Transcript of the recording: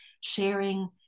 sharing